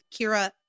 Kira